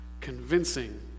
convincing